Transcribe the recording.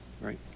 right